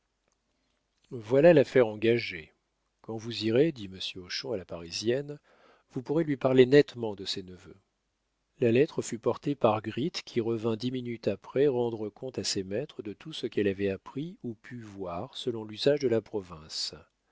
voilà l'affaire engagée quand vous irez dit monsieur hochon à la parisienne vous pourrez lui parler nettement de ses neveux la lettre fut portée par gritte qui revint dix minutes après rendre compte à ses maîtres de tout ce qu'elle avait appris ou pu voir selon l'usage de la province